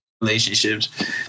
relationships